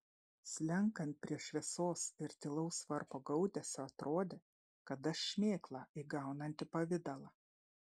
slenkant prie šviesos ir tylaus varpo gaudesio atrodė kad aš šmėkla įgaunanti pavidalą